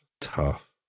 tough